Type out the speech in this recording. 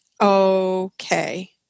okay